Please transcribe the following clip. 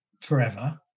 forever